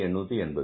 1880